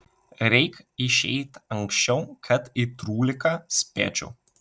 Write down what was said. reik išeit anksčiau kad į trūliką spėčiau